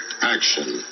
action